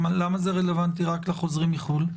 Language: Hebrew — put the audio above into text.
למה זה רלוונטי רק לחוזרים מחו"ל?